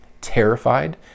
terrified